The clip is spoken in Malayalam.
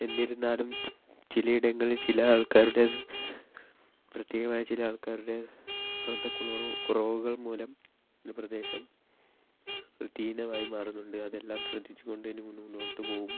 എന്നിരുന്നാലും ചിലയിടങ്ങളിൽ ചില ആൾക്കാരുടെ പ്രത്യേകമായ ചില ആൾക്കാരുടെ ശ്രദ്ധക്കുറവു കുറവുകൾ മൂലം ഒരു പ്രദേശം വൃത്തിഹീനമായി മാറുന്നുണ്ട് അതെല്ലാം ശ്രദ്ധിച്ചുകൊണ്ട് ഇനി മുന്നോട്ടുപോകും